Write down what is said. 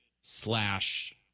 slash